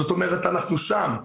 זאת אומרת, אנחנו שם.